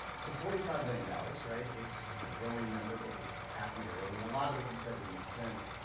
so forty five million dollars. right? it's it's a growing number, but we're capping it early and a lot of what you've said has made sense.